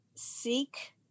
seek